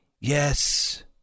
yes